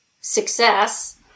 success